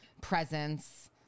presence